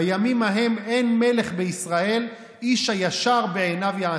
"בימים ההם אין מלך בישראל איש הישר בעיניו יעשה".